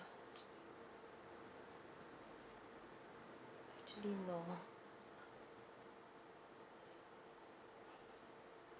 actually no